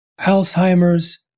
Alzheimer's